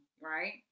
right